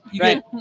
Right